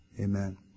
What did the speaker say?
Amen